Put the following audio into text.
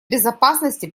безопасности